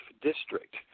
district